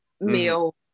meal